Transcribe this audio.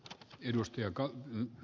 tiedust jakoi